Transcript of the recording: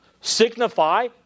signify